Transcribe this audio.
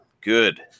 good